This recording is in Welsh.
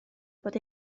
bod